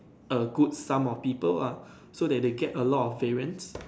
a good sum of people lah so they they get a lot of variance